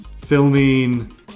filming